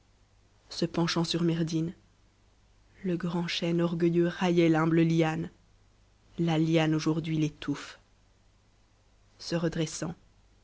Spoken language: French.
mm le grand chêne orgueilleux raillait l'humble liane la liane aujourd'hui l'étoune